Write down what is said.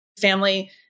family